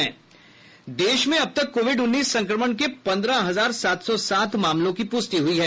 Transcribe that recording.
देश में अब तक कोविड उन्नीस संक्रमण के पन्द्रह हजार सात सौ सात मामलों की पूष्टि हुई है